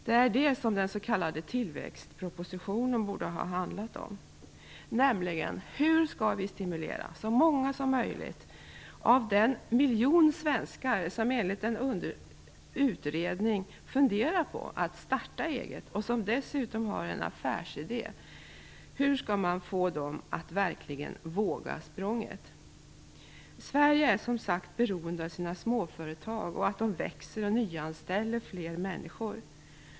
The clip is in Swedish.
Det är det som den s.k. tillväxtpropositionen borde ha handlat om, dvs. hur skall vi stimulera så många som möjligt av den miljon svenskar som enligt en utredning funderar på att starta eget och som dessutom har en affärsidé? Hur skall man få dem att verkligen våga ta språnget? Sverige är som sagt beroende av sina småföretag. Man är beroende av att de växer och nyanställer fler människor.